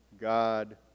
God